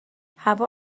هوا